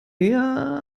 eher